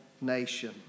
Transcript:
nation